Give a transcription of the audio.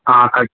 ఆ అ